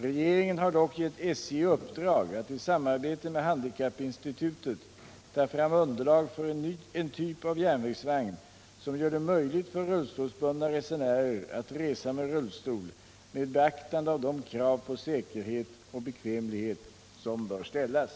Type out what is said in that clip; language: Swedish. Regeringen har dock gett SJ i uppdrag att i samarbete med handikappinstitutet ta fram underlag för en typ av järnvägsvagn som gör det möjligt för rullstolsbundna resenärer att resa med rullstol med beaktande av de krav på säkerhet och bekvämlighet som bör ställas.